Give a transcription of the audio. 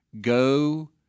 go